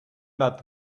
that